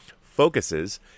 focuses